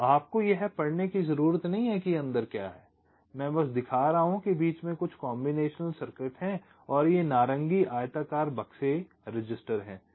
तो आपको यह पढ़ने की ज़रूरत नहीं है कि अंदर क्या है मैं बस दिखा रहा हूँ कि बीच में कुछ कॉम्बिनेशन सर्किट हैं और ये नारंगी आयताकार बक्से रजिस्टर हैं